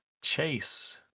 Chase